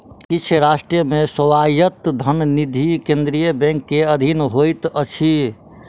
किछ राष्ट्र मे स्वायत्त धन निधि केंद्रीय बैंक के अधीन होइत अछि